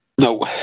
No